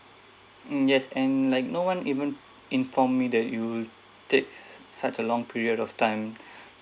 mm yes and like no one even informed me that you would take such a long period of time